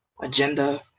agenda